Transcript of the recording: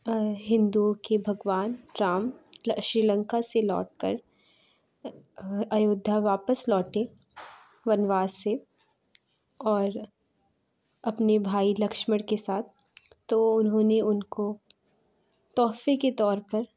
ہندوں کے بھگوان رام شری لنکا سے لوٹ کر ایودھیا واپس لوٹے وَن وَاس سے اور اپنے بھائی لکشمن کے ساتھ تو اُنہوں نے اُن کو تحفے کے طور پر